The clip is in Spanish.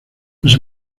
los